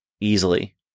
easily